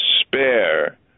spare